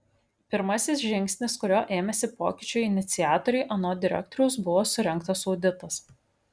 pirmasis žingsnis kurio ėmėsi pokyčių iniciatoriai anot direktoriaus buvo surengtas auditas